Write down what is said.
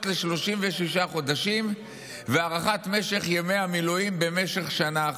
ל-36 חודשים והארכת משך ימי המילואים במשך שנה אחת.